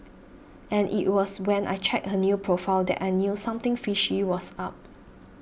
and it was when I checked her new profile that I knew something fishy was up